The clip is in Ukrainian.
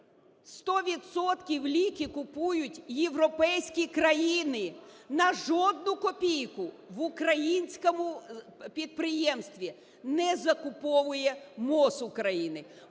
ліки купують європейські країни, на жодну копійку в українському підприємстві не закуповує МОЗ України.